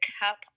cup